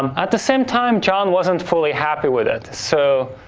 um at the same time, john wasn't fully happy with it. so,